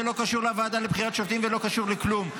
זה לא קשור לוועדה לבחירת שופטים ולא קשור לכלום.